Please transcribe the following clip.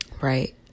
right